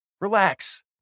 Relax